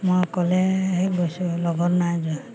মই অকলেহে গৈছোঁ লগত নাই যোৱা